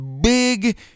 big